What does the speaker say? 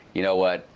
you know what,